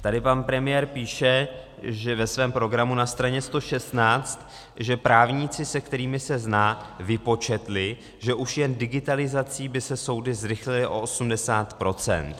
Tady pan premiér píše, ve svém programu na straně 116 uvádí, že právníci, se kterými se zná, vypočetli, že už jen digitalizací by se soudy zrychlily o 80 %.